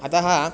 अतः